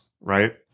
right